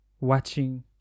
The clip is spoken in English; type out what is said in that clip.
watching